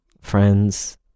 Friends